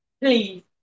please